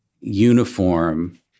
uniform